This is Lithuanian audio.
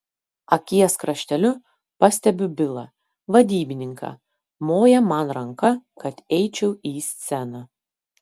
akies krašteliu pastebiu bilą vadybininką moja man ranka kad eičiau į sceną